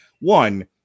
One